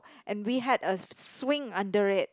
and we had a swing under it